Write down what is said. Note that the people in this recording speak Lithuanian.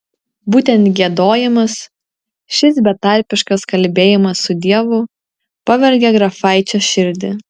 būtent giedojimas šis betarpiškas kalbėjimas su dievu pavergė grafaičio širdį